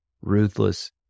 ruthless